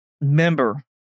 member